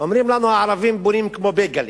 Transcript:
אומרים לנו: הערבים בונים כמו בייגלה.